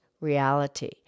reality